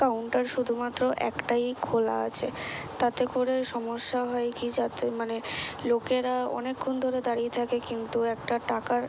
counter শুধুমাত্র একটাই খোলা আছে তাতে করে সমস্যা হয় কি যাতে মানে লোকেরা অনেক্ষণ ধরে দাঁড়িয়ে থাকে কিন্তু একটা টাকার